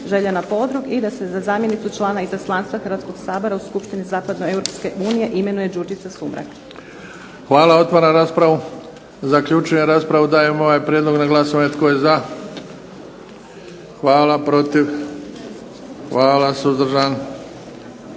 Željana Podrug i da se za zamjenicu člana Izaslanstva Hrvatskog sabora u Skupštini Zapadnoeuropske unije imenuje Đurđica Sumrak. **Bebić, Luka (HDZ)** Hvala. Otvaram raspravu. Zaključujem raspravu. Dajem ovaj prijedlog na glasovanje. Tko je za? Hvala. Protiv? Hvala. Suzdržan?